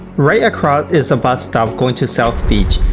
right across is the bus stop going to south beach,